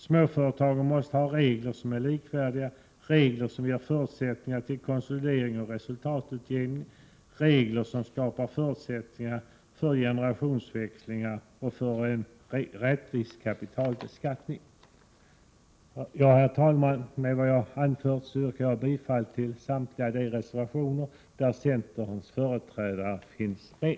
Småföretagen måste ha regler som är likvärdiga. De måste ha regler som ger förutsättningar för konsolidering och resultatutjämning. Det skall vara regler som skapar förutsättningar för generationsväxlingar och för en rättvis kapitalbeskattning. Herr talman! Mot bakgrund av det anförda yrkar jag bifall till samtliga de reservationer där centerns företrädare finns med.